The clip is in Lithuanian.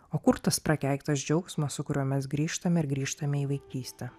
o kur tas prakeiktas džiaugsmas su kuriuo mes grįžtame ir grįžtame į vaikystę